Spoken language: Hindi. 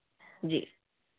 जी